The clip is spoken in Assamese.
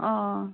অঁ অঁ